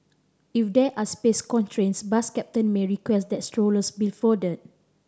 if there are space constraints bus captain may request that strollers be folded